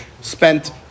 Spent